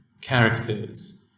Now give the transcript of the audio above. characters